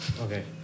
Okay